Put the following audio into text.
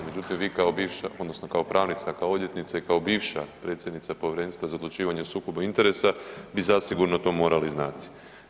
Međutim, vi kao bivša odnosno kao pravnica, kao odvjetnica i kao bivša predsjednica Povjerenstva za odlučivanje o sukobu interesa bi zasigurno to morali znati.